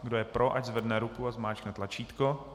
Kdo je pro, ať zvedne ruku a zmáčkne tlačítko.